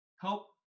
help